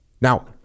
Now